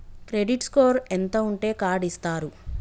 Credit score ఎంత ఉంటే card ఇస్తారు?